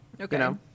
Okay